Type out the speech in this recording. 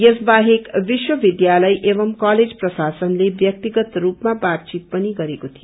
यस बाहेक विश्वविध्यालय एवमं कलेज प्रशसनबाट व्याक्तिगत रूपमा बातचित पनि गरेको थियो